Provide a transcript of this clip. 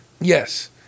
Yes